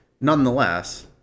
Nonetheless